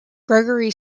gregory